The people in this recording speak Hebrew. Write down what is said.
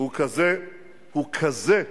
הוא אומר, הוא רוצה,